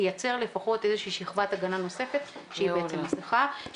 לייצר לפחות איזושהי שכבת הגנה נוספת שהיא בעצם מסכה,